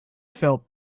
felt